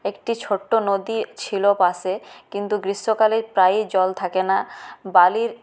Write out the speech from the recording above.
একটি ছোট্ট নদী ছিল পাশে কিন্তু গ্রীষ্মকালে প্রায়ই জল থাকে না বালির